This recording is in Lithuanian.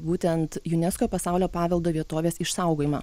būtent unesco pasaulio paveldo vietovės išsaugojimą